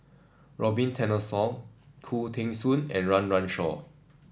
Robin Tessensohn Khoo Teng Soon and Run Run Shaw